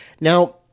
Now